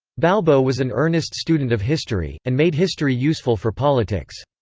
balbo was an earnest student of history, and made history useful for politics.